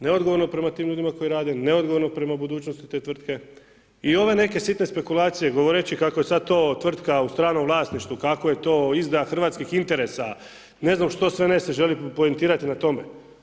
Neodgovorno prema tim ljudima koji rade, neodgovorno prema budućnosti te tvrtke i ove neke sitne spekulacije govoreći kako je sada to tvrtka u stranom vlasništvu, kako je to izdaja hrvatskih interesa i ne znam što sve ne se želi poentirati na tome.